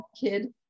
kid